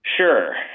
Sure